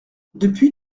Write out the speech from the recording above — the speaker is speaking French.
depuis